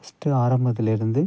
first ஆரம்பத்திலேருந்து